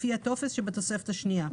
לפי הטופס שבתוספת השנייה.